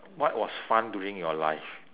what was fun during your life